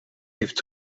heeft